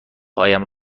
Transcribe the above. هایم